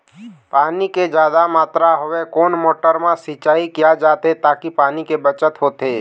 पानी के जादा मात्रा हवे कोन मोटर मा सिचाई किया जाथे ताकि पानी के बचत होथे पाए?